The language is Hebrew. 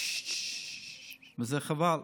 וזה חבל,